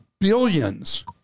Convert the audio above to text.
billions